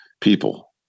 people